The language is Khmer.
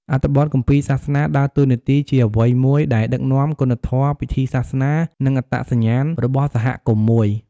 អត្ថបទគម្ពីរសាសនាដើរតួនាទីជាអ្វីមួយដែលដឹកនាំ គុណធម៌ ពិធីសាសនា និងអត្តសញ្ញាណរបស់សហគមន៍មួយ។